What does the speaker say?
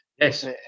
Yes